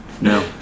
No